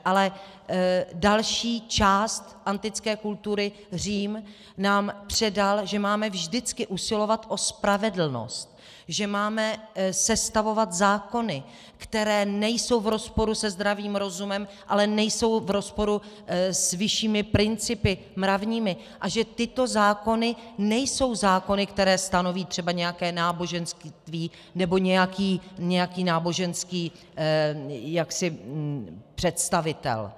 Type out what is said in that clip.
Ale další část antické kultury, Řím, nám předala, že máme vždycky usilovat o spravedlnost, že máme sestavovat zákony, které nejsou v rozporu se zdravým rozumem, ale nejsou v rozporu s vyššími principy mravními, a že tyto zákony nejsou zákony, které stanoví třeba nějaké náboženství nebo nějaký náboženský představitel.